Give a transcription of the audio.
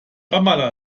ramallah